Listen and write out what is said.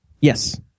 Yes